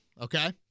okay